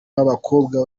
b’abakobwa